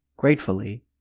gratefully